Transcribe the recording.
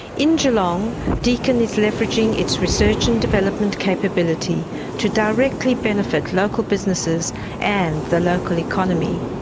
in geelong, deakin is leveraging its research and development capability to directly benefit local businesses and the local economy.